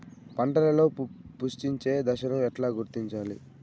పంటలలో పుష్పించే దశను ఎట్లా గుర్తించాలి?